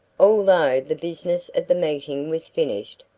although the business of the meeting was finished,